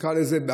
נקרא לזה,